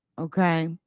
okay